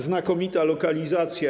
Znakomita lokalizacja.